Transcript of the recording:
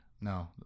No